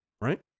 Right